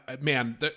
Man